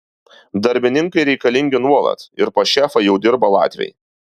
darbininkai reikalingi nuolat ir pas šefą jau dirba latviai